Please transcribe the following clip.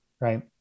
Right